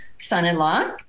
son-in-law